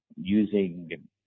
using